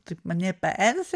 taip mane paerzint